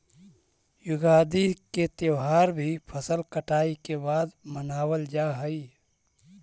युगादि के त्यौहार भी फसल कटाई के बाद मनावल जा हइ